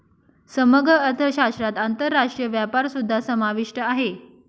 समग्र अर्थशास्त्रात आंतरराष्ट्रीय व्यापारसुद्धा समाविष्ट आहे